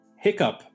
hiccup